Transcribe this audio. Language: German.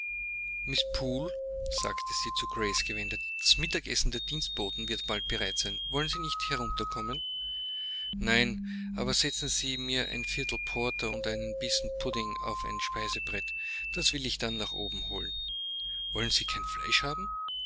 poole sagte sie zu grace gewendet das mittagessen der dienstboten wird bald bereit sein wollen sie nicht herunterkommen nein aber setzen sie mir ein viertel porter und einen bissen pudding auf ein speisebrett das will ich dann nach oben holen wollen sie kein fleisch haben